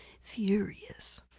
furious